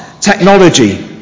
technology